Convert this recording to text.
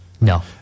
No